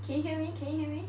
can you hear me can you hear me